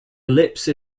ellipse